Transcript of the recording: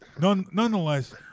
nonetheless